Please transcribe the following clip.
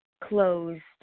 closed